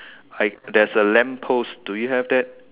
like there's a lamp post do you have that